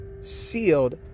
sealed